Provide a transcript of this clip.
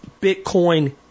Bitcoin